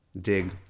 dig